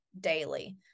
daily